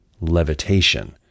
levitation